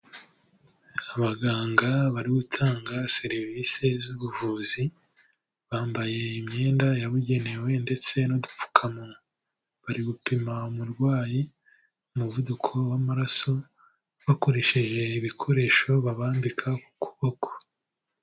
Abaganga bari gutanga serivise z'ubuvuzi bambaye imyenda yabugenewe ndetse n'udupfukamawa, bari gupima umurwayi umuvuduko w'amaraso bakoresheje ibikoresho babambika ku kuboko.